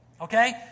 Okay